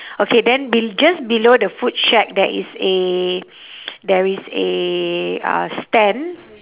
okay then bel~ just below the food shack there is a there is a uh stand